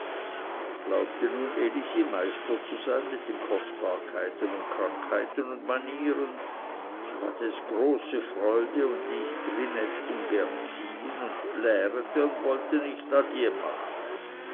glaubte nun elisi meister zu sein mit den kostbarkeiten und krankheiten und manieren so hatte es große freude und ließ trinette ungern ziehen und plärete und wollte nicht adie machen